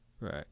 right